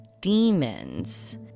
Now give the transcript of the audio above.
demons